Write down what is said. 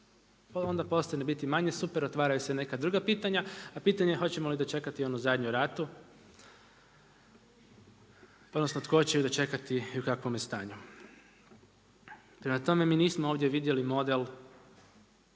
onda postaje manje biti super, otvaraju se neka druga pitanja, a pitanje hoćemo li dočekati onu zadnju ratu odnosno tko će ju dočekati i u kakvome stanju. Prema tome, mi nismo ovdje vidjeli model,